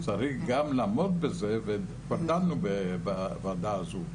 צריך גם לעמוד על זה ו -- -בוועדה הזו,